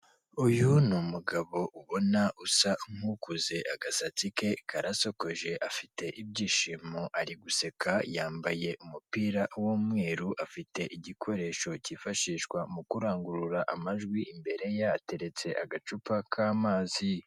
Uyu ni umugabo ubona usa nk'ukuze agasatsi ke karasokoje, afite ibyishimo ari guseka yambaye umupira w'umweru afite igikoresho Kifashishwa mu kurangurura amajwi, imbere ye hateretse agacupa k'amazi.